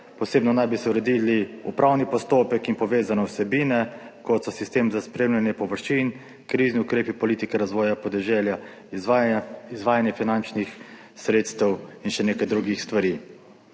Posebno naj bi se uredili upravni postopek in povezane vsebine, kot so sistem za spremljanje površin, krizni ukrepi politike razvoja podeželja iz izvajanje finančnih sredstev in še nekaj drugih stvari.